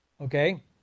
Okay